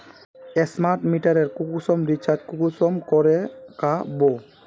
Smart मीटरेर कुंसम recharge कुंसम करे का बो?